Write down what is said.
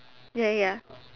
ya ya ya